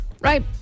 Right